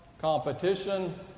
competition